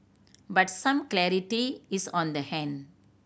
but some clarity is on the hand